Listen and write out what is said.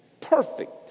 perfect